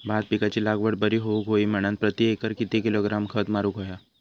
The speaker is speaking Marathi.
भात पिकाची लागवड बरी होऊक होई म्हणान प्रति एकर किती किलोग्रॅम खत मारुक होया?